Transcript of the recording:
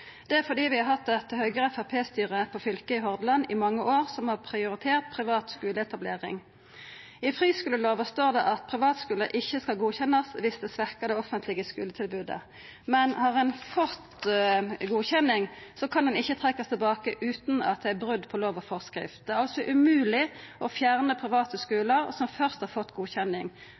Det er fordi vi har hatt eit Høgre–Framstegsparti-styre av fylket Hordaland i mange år, som har prioritert privatskuleetablering. I friskulelova står det at privatskular ikkje skal godkjennast viss det svekkjer det offentlege skuletilbodet. Men har ein fått godkjenning, kan ho ikkje trekkjast tilbake utan at det er brot på lov og forskrift. Det er altså umogleg å fjerna private skular som først har fått godkjenning.